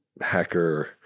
hacker